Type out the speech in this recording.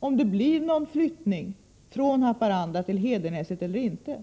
om det skall bli någon flyttning från Haparanda till Hedenäset eller inte.